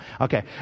Okay